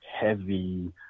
heavy